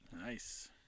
Nice